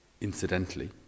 Incidentally